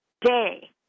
day